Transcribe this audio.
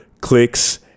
clicks